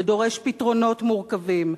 ודורש פתרונות מורכבים,